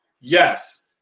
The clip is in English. Yes